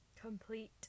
complete